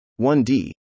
1d